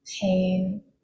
pain